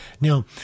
now